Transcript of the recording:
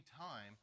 time